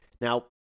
Now